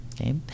Okay